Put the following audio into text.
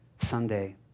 Sunday